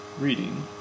reading